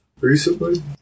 Recently